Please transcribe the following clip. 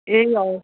ए हजुर